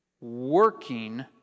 working